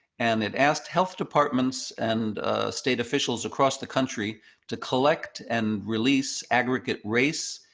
and it asked health departments and state officials across the country to collect and release aggregate race,